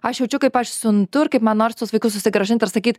aš jaučiu kaip aš siuntu ir kaip man noris tuos vaikus susigrąžint ir sakyt